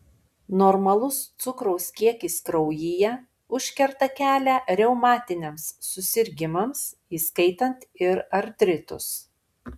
normalus cukraus kiekis kraujyje užkerta kelią reumatiniams susirgimams įskaitant ir artritus